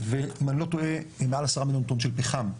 ואם אני לא טועה מעל 10 מיליון טון של פחם.